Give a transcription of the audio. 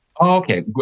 Okay